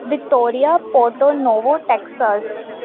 Victoria Potonovo Texas